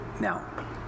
Now